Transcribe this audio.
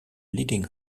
leading